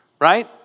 right